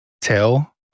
tell